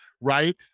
right